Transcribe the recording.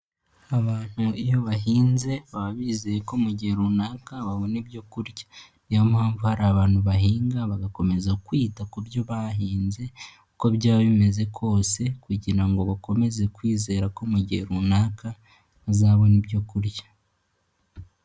Abantu iyo bahinze baba bizeye ko mu gihe runaka babona ibyo kurya. Niyo mpamvu hari abantu bahinga bagakomeza kwita ku byo bahinze uko byaba bimeze kose kugira ngo bakomeze kwizera ko mu gihe runaka bazabona ibyo kurya.